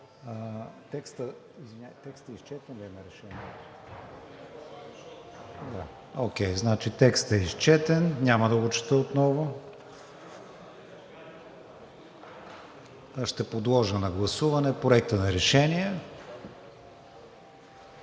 Текстът е изчетен, няма да го чета отново. Ще подложа на гласуване Проекта на решение.